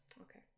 Okay